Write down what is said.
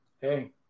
hey